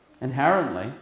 Inherently